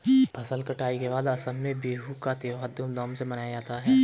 फसल कटाई के बाद असम में बिहू का त्योहार धूमधाम से मनाया जाता है